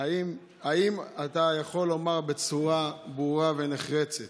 האם אתה יכול לומר בצורה ברורה ונחרצת,